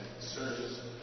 Sirs